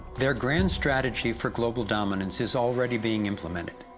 their grand strategy for global dominance is already being implemented.